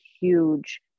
huge